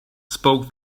spoke